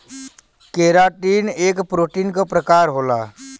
keratin एक protein क प्रकार होला